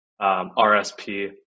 RSP